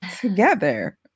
together